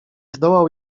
zdołał